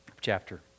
chapter